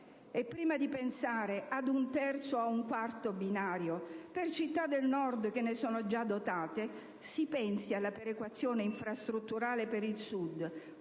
E prima di pensare a un terzo o a un quarto binario per città del Nord che ne sono già dotate, si pensi alla perequazione infrastrutturale per il Sud,